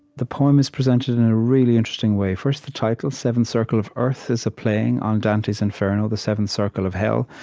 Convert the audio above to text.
the poem is presented in a really interesting way. first, the title, seventh circle of earth, is a playing on dante's inferno, the seventh circle of hell.